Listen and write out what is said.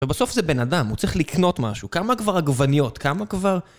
ובסוף זה בן אדם, הוא צריך לקנות משהו, כמה כבר עגבניות, כמה כבר...